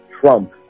Trump